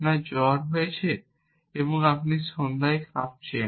আপনার জ্বর আছে এবং আপনি সন্ধ্যায় কাঁপছেন